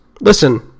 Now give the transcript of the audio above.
listen